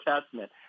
Testament